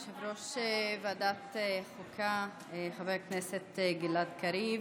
יושב-ראש ועדת חוקה חבר הכנסת גלעד קריב.